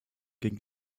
ging